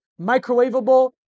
microwavable